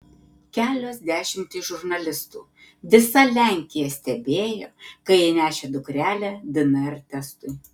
kelios dešimtys žurnalistų visa lenkija stebėjo kai ji nešė dukrelę dnr testui